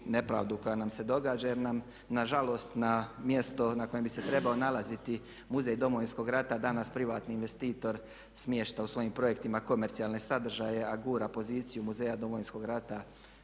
koja nam se događa. Jer nam nažalost na mjesto na kojem bi se trebao nalaziti muzej Domovinskog rata danas privatni investitor smješta u svojim projektima komercijalne sadržaje a gura poziciju muzeja Domovinskog rata